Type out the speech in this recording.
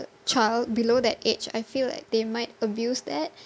child below that age I feel like they might abuse that